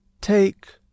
Take